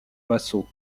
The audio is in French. vassaux